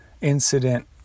incident